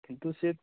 କିନ୍ତୁ ସେ